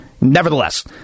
nevertheless